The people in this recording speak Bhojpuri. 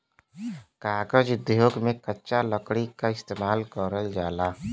कागज उद्योग में कच्चा लकड़ी क इस्तेमाल करल जाला